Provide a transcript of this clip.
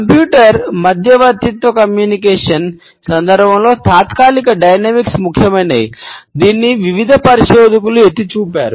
computer అని పిలుస్తారు